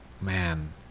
man